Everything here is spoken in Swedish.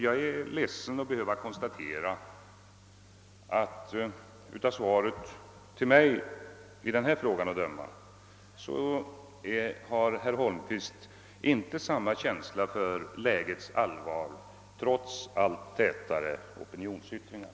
Jag är ledsen att behöva konstatera att herr Holmqvist, av svaret till mig att döma, inte har samma känsla för lägets allvar, trots allt tätare opinionsyttringar.